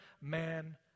man